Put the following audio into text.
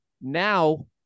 now